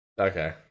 Okay